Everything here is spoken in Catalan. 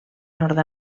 nord